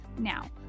Now